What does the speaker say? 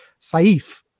Saif